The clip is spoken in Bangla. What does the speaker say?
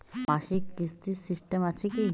মাসিক কিস্তির সিস্টেম আছে কি?